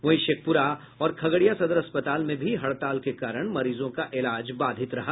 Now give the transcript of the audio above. वहीं शेखपुरा और खगड़िया सदर अस्पताल में भी हड़ताल के कारण मरीजों का इलाज बाधित रहा